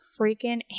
freaking